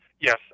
Yes